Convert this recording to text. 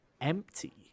empty